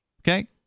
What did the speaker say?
Okay